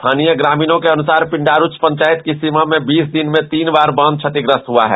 स्थानीय ग्रामीणों के अनुसार पिंडारूच पंचायत की सीमा में बीस दिन में तीन बार बांध क्षतिग्रस्त हुआ है